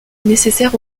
nécessaire